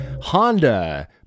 Honda